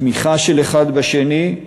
תמיכה של אחד בשני.